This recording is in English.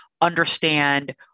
understand